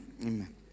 Amen